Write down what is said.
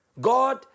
God